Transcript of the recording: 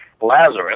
Lazarus